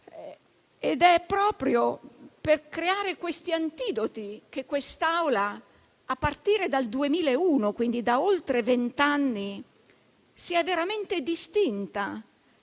È proprio per creare questi antidoti che l'Assemblea, a partire dal 2001, e quindi da oltre vent'anni, si è veramente distinta,